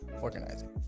organizing